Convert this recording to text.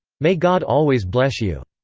may god always bless you.